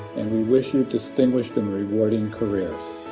and we wish you distinguished and rewarding careers.